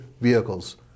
vehicles